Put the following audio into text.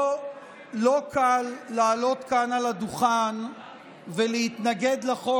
לא קל לעלות לכאן לדוכן ולהתנגד לחוק